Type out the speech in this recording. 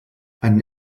einen